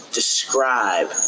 describe